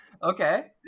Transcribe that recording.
Okay